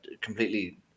completely